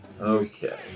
Okay